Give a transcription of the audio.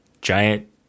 giant